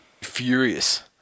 furious